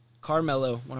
Carmelo